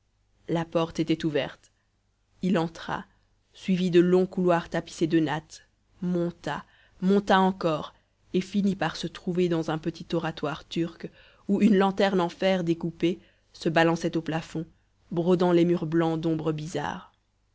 la porte était ouverte il entra suivit de longs couloirs tapissés de nattes monta monta encore et finit par se trouver dans un petit oratoire turc où une lanterne en fer découpé se balançait au plafond brodant les murs blancs d'ombres bizarres